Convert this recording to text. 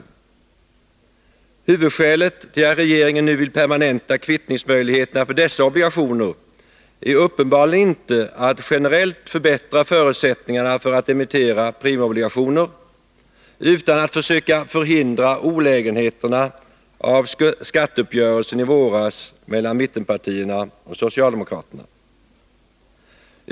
ligationer Huvudskälet till att regeringen nu vill permanenta kvittningsmöjligheten för dessa obligationer är uppenbarligen inte en önskan att generellt förbättra förutsättningarna för att emittera premieobligationer, utan syftet är att försöka förhindra olägenheterna av skatteuppgörelsen i våras mellan mittenpartierna och socialdemokraterna.